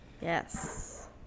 Yes